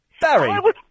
Barry